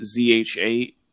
ZH8